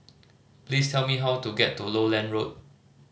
please tell me how to get to Lowland Road